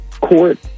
court